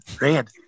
Red